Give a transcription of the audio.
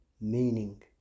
meaning